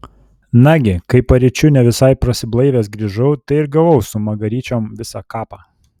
nagi kai paryčiu ne visai prasiblaivęs grįžau tai ir gavau su magaryčiom visą kapą